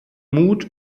mut